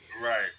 Right